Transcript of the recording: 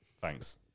Thanks